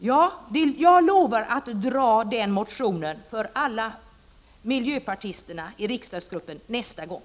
Herr talman! Ja, jag lovar att ta upp den motionen med alla miljöpartister i riksdagsgruppen nästa gång.